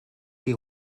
qui